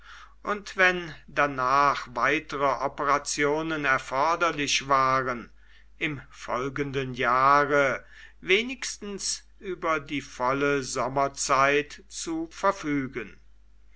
und wenn danach weitere operationen erforderlich waren im folgenden jahre wenigstens über die volle sommerzeit zu verfügen